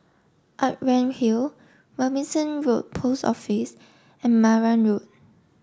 Outram Hill Robinson Road Post Office and Marang Road